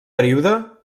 període